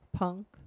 punk